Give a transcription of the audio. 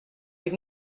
les